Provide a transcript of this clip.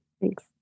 Thanks